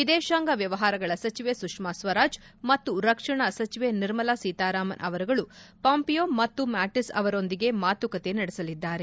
ವಿದೇಶಾಂಗ ವ್ಯವಹಾರಗಳ ಸಚಿವೆ ಸುಷ್ಮಾ ಸ್ವರಾಜ್ ಮತ್ತು ರಕ್ಷಣಾ ಸಚಿವೆ ನಿರ್ಮಲಾ ಸೀತಾರಾಮನ್ ಅವರುಗಳು ಪೋಂಪಿಯೋ ಮತ್ತು ಮಾಟಿಸ್ ಅವರೊಂದಿಗೆ ಮಾತುಕತೆ ನಡೆಸಲಿದ್ದಾರೆ